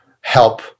help